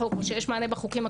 והם מתייעצים איתנו,